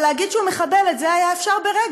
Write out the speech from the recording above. אבל להגיד שהוא מחבל, את זה אפשר היה ברגע,